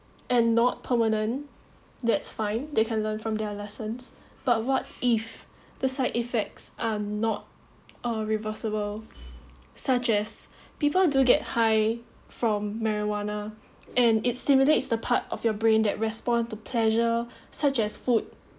and not permanent that's fine they can learn from their lessons but what if the side effects are not uh reversible such as people do get high from marijuana and it stimulates the part of your brain that respond to pleasure such as food